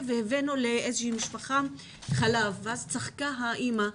והבאנו לאיזושהי משפחה חלב ואז צחקה האימא,